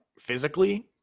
physically